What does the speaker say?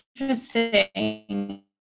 interesting